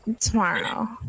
tomorrow